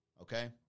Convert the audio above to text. Okay